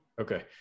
Okay